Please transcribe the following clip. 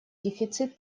дефицит